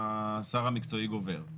השר המקצועי גובר.